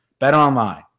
BetOnline